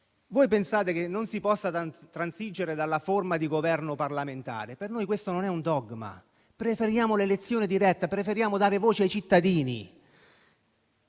Voi pensate che non si possa transigere dalla forma di governo parlamentare. Per noi questo non è un dogma; preferiamo l'elezione diretta, preferiamo dare voce ai cittadini.